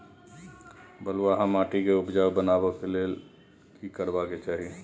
बालुहा माटी के उपजाउ बनाबै के लेल की करबा के चाही?